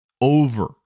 over